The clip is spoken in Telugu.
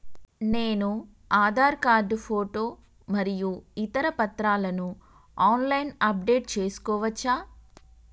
నేను ఆధార్ కార్డు ఫోటో మరియు ఇతర పత్రాలను ఆన్ లైన్ అప్ డెట్ చేసుకోవచ్చా?